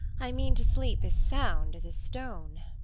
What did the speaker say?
i mean to sleep as sound as a stone.